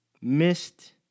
missed